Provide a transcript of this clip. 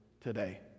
today